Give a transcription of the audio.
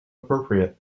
appropriate